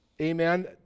Amen